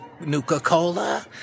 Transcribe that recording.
Nuka-Cola